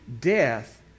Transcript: death